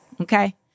Okay